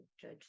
judge